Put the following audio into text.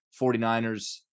49ers